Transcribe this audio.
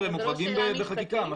הם מוחרגים בחקיקה.